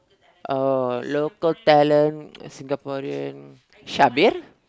uh local talent Singaporean Shabir